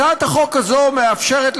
הצעת החוק הזאת מאפשרת,